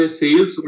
sales